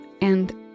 and-